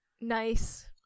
nice